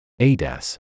ADAS